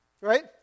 right